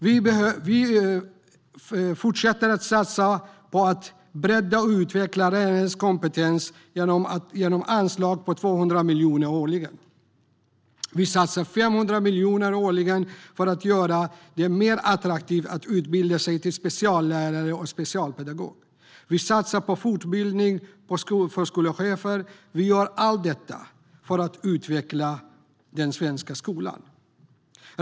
Vi fortsätter att satsa på att bredda och utveckla lärarnas kompetens genom anslag på 200 miljoner kronor årligen. Vi satsar 500 miljoner kronor årligen för att göra det mer attraktivt att utbilda sig till speciallärare och specialpedagog. Vi satsar på fortbildning för skolchefer. Vi gör allt detta för att utveckla den svenska skolan.